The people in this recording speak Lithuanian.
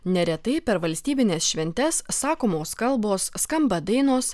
neretai per valstybines šventes sakomos kalbos skamba dainos